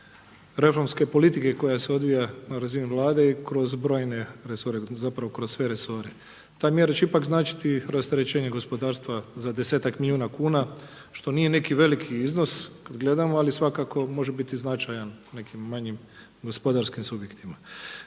reformske politike koja se odvija na razini Vlade i kroz brojne resore, zapravo kroz sve resore. Ta mjera će ipak značiti rasterećenje gospodarstva za desetak milijuna kuna što nije neki veliki iznos kad gledamo, ali svakako može biti značajan u manjim gospodarskim subjektima.